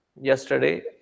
Yesterday